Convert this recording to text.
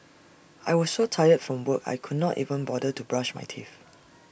I was so tired from work I could not even bother to brush my teeth